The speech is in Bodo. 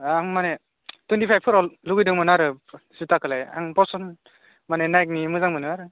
आं माने टुवेन्टिफाइभफोराव लुबैदोंमोन आरो जुथाखौलाय आं पसन माने नाइकनि मोजां मोनो आरो